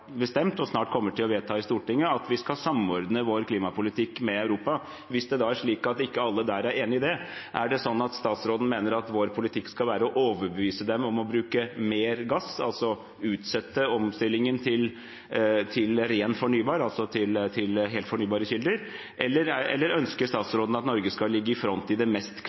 bestemt – og snart kommer til å vedta i Stortinget – at vi skal samordne vår klimapolitikk med Europa? Hvis det da er slik at ikke alle der er enig i det, er det da sånn at statsråden mener at vår politikk skal være å overbevise dem om å bruke mer gass, altså utsette omstillingen til helt fornybare kilder, eller ønsker statsråden at Norge skal ligge i front i det mest